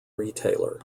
retailer